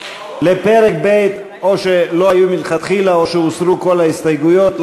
לפרק ב' או שלא היו מלכתחילה או שהוסרו כל ההסתייגויות.